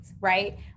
right